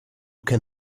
can